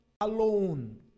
alone